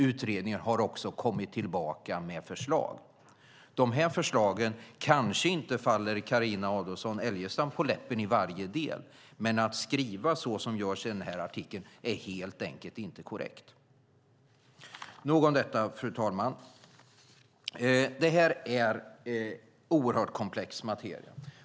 Utredningen har också kommit tillbaka med förslag. Dessa förslag kanske inte faller Carina Adolfsson Elgestam på läppen i varje del, men att skriva så som görs i den här artikeln är helt enkelt inte korrekt. Nog om detta, fru talman. Det här är oerhört komplex materia.